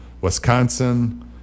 Wisconsin